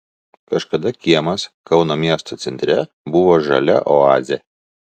kažkada kiemas kauno miesto centre buvo žalia oazė